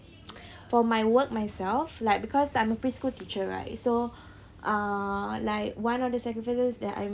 for my work myself like because I'm a preschool teacher right so uh like one of the sacrifices that I